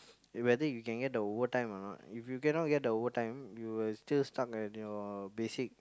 whether you can get the overtime or not if you cannot get the overtime you will still stuck at your basic